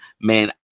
man